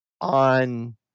on